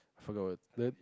forgot what then